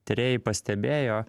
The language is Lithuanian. tyrėjai pastebėjo